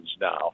now